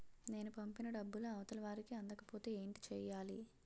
నేను పంపిన డబ్బులు అవతల వారికి అందకపోతే ఏంటి చెయ్యాలి?